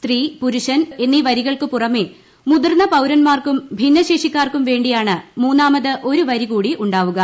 സ്ത്രീ പുരുഷൻ എന്നിവരികൾക്കു പുറമെ മുതിർന്ന പൌരന്മാർക്കും ഭിന്ന ശേഷിക്കാർക്കും വേണ്ടിയാണ് മൂന്നാമത് ഒരു വരി കൂടി ഉണ്ടാവുക